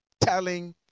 telling